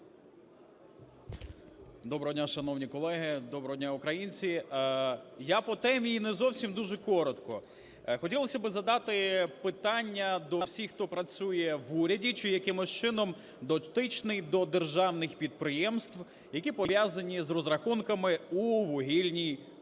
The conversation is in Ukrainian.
Доброго дня, шановні колеги, доброго дня українці. Я по темі і не зовсім дуже коротко. Хотілося би задати питання до всіх, хто працює в уряді чи якимось чином дотичний до державних підприємств, які пов'язані з розрахунками у вугільній галузі.